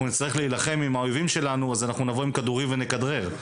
אנחנו נצטרך להילחם עם האויבים שלנו אז נבוא עם כדורים ונכדרר.